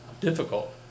difficult